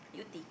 Yew-Tee